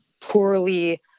poorly